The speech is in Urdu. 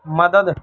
مدد